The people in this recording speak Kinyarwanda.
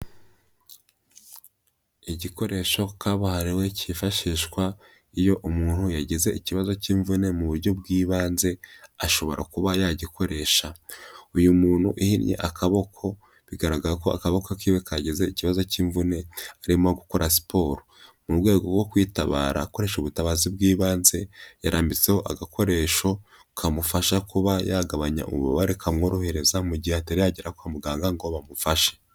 Igikoresho kabuhariwe cyifashishwa iyo umuntu yagize ikibazo cy'imvune mu buryo bw'ibanze ashobora kuba yagikoresha. Uyu muntu uhinnye akaboko, bigaragara ko akaboko kiwe kagize ikibazo cy'imvune arimo gukora siporo, mu rwego rwo kwitabara akoresha ubutabazi bw'ibanze, yarambitseho agakoresho kamufasha kuba yagabanya ububabare kamworohereza mu gihe ataragera kwa muganga ngo bamufashe.